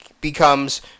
becomes